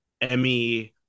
Emmy